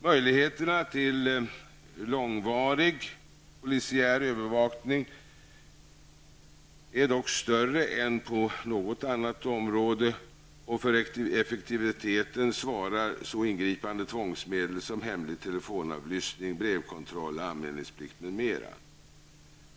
Möjligheterna till långvarig polisiär övervakning är dock större än på något annat område, och för effektiviteten svarar så ingripande tvångsmedel som hemlig telefonavlyssning, brevkontroll och anmälningsplikt m.m.